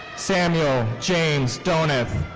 samuel james donath.